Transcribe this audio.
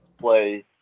play